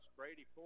Brady